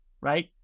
right